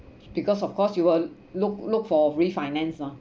because of course you will look look for refinance lor